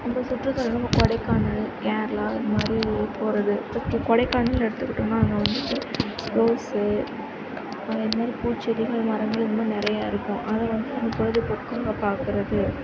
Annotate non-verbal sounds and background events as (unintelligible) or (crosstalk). அந்த சுற்று (unintelligible) நம்ம கொடைக்கானல் கேரளா அந்த மாதிரி போகிறது கொடைக்கானல்ன்னு எடுத்துக்கிட்டோனா அங்கே வந்துவிட்டு ரோஸ்ஸு இது மாதிரி பூச்செடிகள் மரங்கள் இந்த மாதிரி நிறைய இருக்கும் அதில் வந்து பொழுது போக்குன்னு நம்ப பார்க்கறது